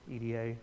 EDA